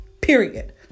Period